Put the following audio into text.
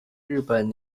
日本